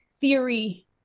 theory